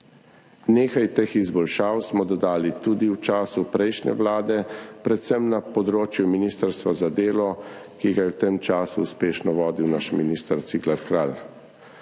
Nekaj teh izboljšav smo dodali tudi v času prejšnje vlade, predvsem na področju ministrstva za delo, ki ga je v tem času uspešno vodil naš minister Cigler Kralj.